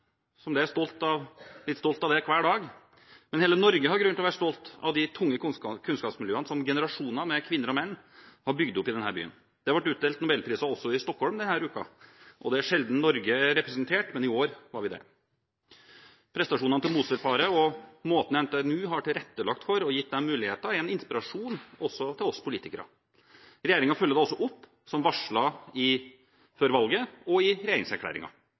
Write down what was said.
er jeg fra Trondheim, og selvfølgelig er jeg litt stolt av det hver dag, men hele Norge har grunn til å være stolt av de tunge kunnskapsmiljøene som generasjoner av kvinner og menn har bygd opp i denne byen. Det har blitt utdelt nobelpriser også i Stockholm denne uken. Det er sjelden Norge er representert, men i år var vi det. Prestasjonene til Moser-paret og måten NTNU har tilrettelagt på og gitt dem muligheter, er en inspirasjon også for oss politikere. Regjeringen følger da også opp, som varslet før valget og i